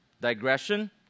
digression